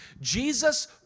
Jesus